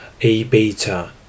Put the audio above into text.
A-beta